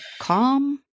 calm